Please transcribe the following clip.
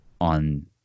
on